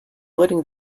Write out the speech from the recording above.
letting